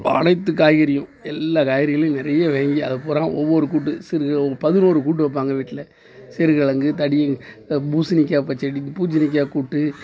அனைத்து காய்கறியும் எல்லா காய்கறிகளிலும் நிறைய வாங்கி அதை பூரா ஒவ்வொரு கூட்டு சிறு பதினோரு கூட்டு வைப்பாங்க வீட்டில் சிறுக்கிலங்கு தடி பூசணிக்காய் பச்சடி பூசணிக்காய் கூட்டு